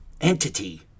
entity